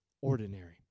ordinary